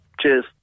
Cheers